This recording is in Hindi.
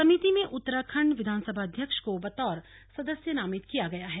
समिति में उत्तराखंड विधानसभा अध्यक्ष को बतौर सदस्य नामित किया गया है